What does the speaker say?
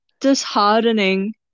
disheartening